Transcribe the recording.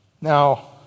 Now